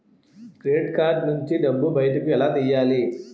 Credit card నుంచి డబ్బు బయటకు ఎలా తెయ్యలి?